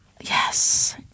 yes